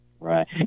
Right